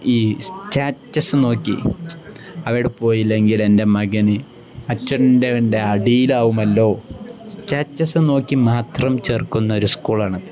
ഈ സ്റ്റാറ്റസ് നോക്കി അവിടെ പോയില്ലെങ്കിൽ എൻ്റെ മകന് അടിയിലാവുമല്ലോ സ്റ്റാറ്റസ് നോക്കി മാത്രം ചേർക്കുന്ന ഒരു സ്കൂൾ ആണ് അത്